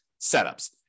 setups